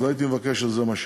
אז הייתי מבקש שזה מה שיהיה.